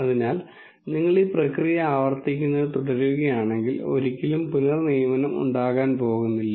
അതിനാൽ നിങ്ങൾ ഈ പ്രക്രിയ ആവർത്തിക്കുന്നത് തുടരുകയാണെങ്കിൽ ഒരിക്കലും പുനർനിയമനം ഉണ്ടാകാൻ പോകുന്നില്ല